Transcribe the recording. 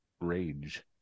rage